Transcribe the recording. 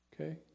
Okay